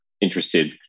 interested